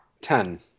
Ten